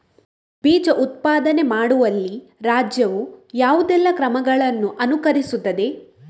ಬೀಜ ಉತ್ಪಾದನೆ ಮಾಡುವಲ್ಲಿ ರಾಜ್ಯವು ಯಾವುದೆಲ್ಲ ಕ್ರಮಗಳನ್ನು ಅನುಕರಿಸುತ್ತದೆ?